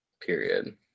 Period